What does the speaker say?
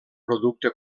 producte